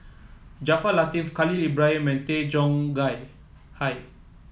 Jaafar Latiff Khalil Ibrahim Tay Chong Gay Hai